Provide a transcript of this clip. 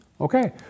Okay